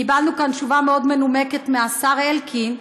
קיבלנו כאן תשובה מנומקת מאוד מהשר אלקין,